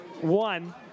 One